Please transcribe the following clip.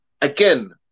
again